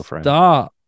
stop